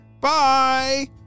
Bye